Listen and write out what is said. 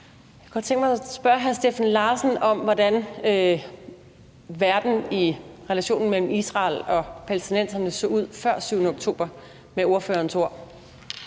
Jeg kunne godt tænke mig at spørge hr. Steffen Larsen om, hvordan verden i relationen mellem Israel og palæstinenserne med ordførerens ord